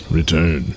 return